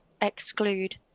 exclude